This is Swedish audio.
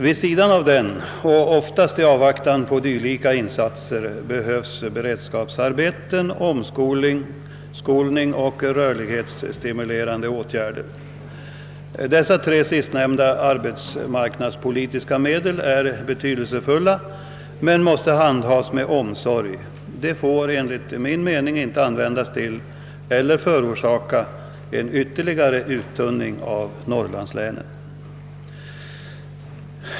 Vid sidan av lokaliseringspolitiken och oftast i avvaktan på dylika insatser behövs beredskapsarbeten, omskolning och rörlighetsstimulerande åtgärder. Dessa tre sistnämnda arbetsmarknadspolitiska medel är betydelsefulla men måste handhas med omsorg. De får enligt min mening inte användas till eller förorsaka en ytterligare uttunning av norrlandslänen.